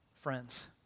friends